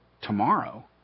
tomorrow